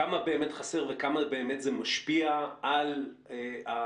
כמה באמת חסר וכמה באמת זה משפיע על התדירות?